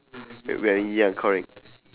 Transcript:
when we are young correct